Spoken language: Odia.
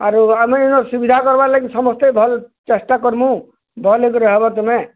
ଆରୁ ଆମେ ଇନର୍ ସୁବିଧା କର୍ବାର୍ ଲାଗି ସମସ୍ତେ ଭଲ୍ ଚେଷ୍ଟା କର୍ମୁଁ ଭଲ୍ ହେଇକରି ଆଏବ ତୁମେ